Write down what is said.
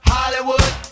Hollywood